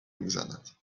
میزند